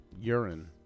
urine